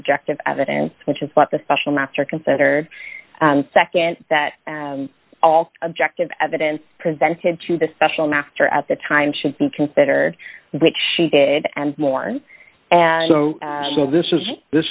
objective evidence which is what the special master considered nd that all objective evidence presented to the special master at the time should be considered which she did and mourn and this is this